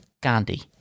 Gandhi